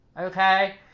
Okay